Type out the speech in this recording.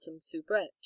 soubrette